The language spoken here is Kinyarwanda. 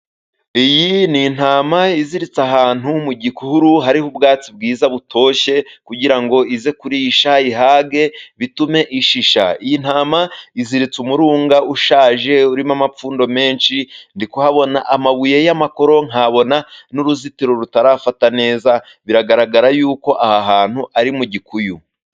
Iyi ni intama iziritse ahantu mu gihuru hariho ubwatsi bwiza butoshye kugira ngo ize kurisha ihage bitume ishisha iyi ntama iziritse umurunga ushaje urimo amapfundo menshi ndi kuhabona amabuye y'amakoro nkabona n'uruzitiro rutarafata neza biragaragara yuko aha hantu ari mu gikuyu.